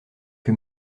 que